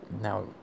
Now